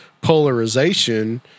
polarization